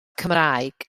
cymraeg